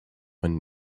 when